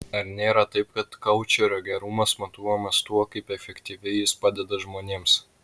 ar nėra taip kad koučerio gerumas matuojamas tuo kaip efektyviai jis padeda žmonėms